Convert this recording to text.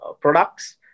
products